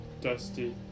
Dusty